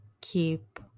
keep